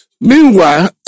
Meanwhile